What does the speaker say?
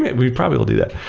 we probably will do that.